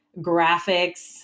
graphics